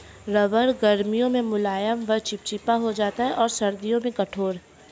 रबड़ गर्मियों में मुलायम व चिपचिपी हो जाती है और सर्दियों में कठोर